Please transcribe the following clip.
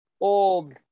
old